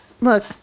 look